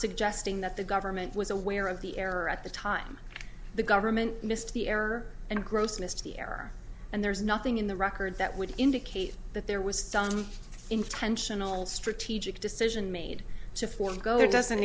suggesting that the government was aware of the error at the time the government missed the error and gross missed the error and there's nothing in the record that would indicate that there was intentional strategic decision made to forgo there doesn't